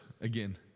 again